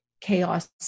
chaos